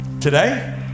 today